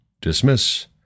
dismiss